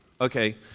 Okay